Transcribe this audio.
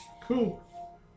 Cool